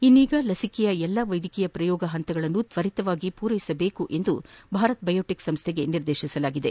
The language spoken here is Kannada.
ಇನ್ನೀಗ ಲಸಿಕೆಯ ಎಲ್ಲಾ ವೈದ್ಯಕೀಯ ಪ್ರಯೋಗ ಹಂತಗಳನ್ನು ತ್ವರಿತವಾಗಿ ನಡೆಸಬೇಕೆಂದು ಭಾರತ್ ಬಯೋಟೆಕ್ ಸಂಸ್ಟೆಗೆ ನಿರ್ದೇಶಿಸಲಾಗಿದೆ